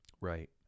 Right